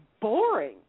boring